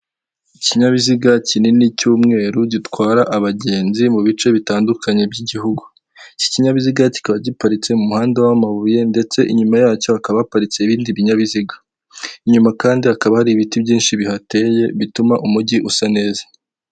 Ikinyabiziga kinini cy'umweru gitwara abagenzi mu bice bitandukanye by'igihugu. Iki kinyabiziga kikaba giparitse mu muhanda w'amabuye ndetse inyuma yacyo hakaba haparitse ibindi binyabiziga, inyuma kandi hakaba hari ibiti byinshi bihateye bituma umugi usa neza.